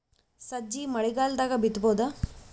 ಸಜ್ಜಿ ಮಳಿಗಾಲ್ ದಾಗ್ ಬಿತಬೋದ?